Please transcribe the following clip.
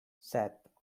set